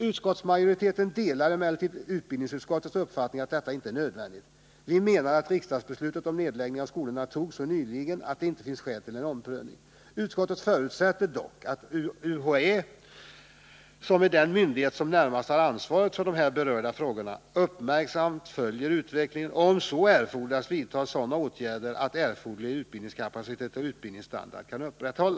Utskottsmajoriteten delar emellertid utbildningsutskottets uppfattning att detta inte är nödvändigt. Vi menar att riksdagsbeslutet om nedläggning av skolorna fattats så nyligen att det inte finns skäl till omprövning. Utskottet förutsätter dock att UHÄ, som är den myndighet som närmast har ansvaret för här berörda frågor, uppmärksamt följer utvecklingen och, om så erfordras vidtar sådana åtgärder som syftar till att erforderlig utbildningskapacitet och utbildningsstandard kan upprätthållas.